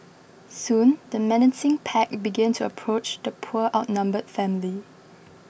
soon the menacing pack began to approach the poor outnumbered family